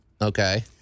Okay